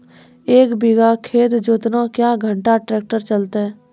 एक बीघा खेत जोतना क्या घंटा ट्रैक्टर चलते?